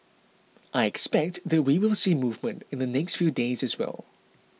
I expect that we will see movement in the next few days as well